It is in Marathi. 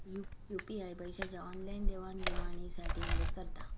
यू.पी.आय पैशाच्या ऑनलाईन देवाणघेवाणी साठी मदत करता